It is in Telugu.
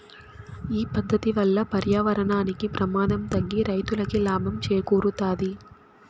ఈ పద్దతి వల్ల పర్యావరణానికి ప్రమాదం తగ్గి రైతులకి లాభం చేకూరుతాది